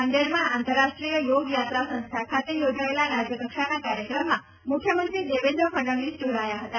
નાંદેડમાં આંતરરાષ્ટ્રીય યોગ યાત્રા સંસ્થા ખાતે યોજાયેલા રાજ્ય કક્ષાના કાર્યક્રમમાં મુખ્યમંત્રી દેવેન્દ્ર ફડનવીસ જોડાયા હતા